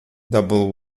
double